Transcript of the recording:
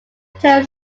term